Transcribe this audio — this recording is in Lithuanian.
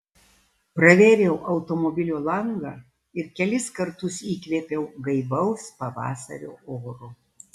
pravėriau automobilio langą ir kelis kartus įkvėpiau gaivaus pavasario oro